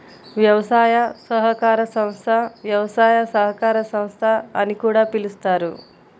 వ్యవసాయ సహకార సంస్థ, వ్యవసాయ సహకార సంస్థ అని కూడా పిలుస్తారు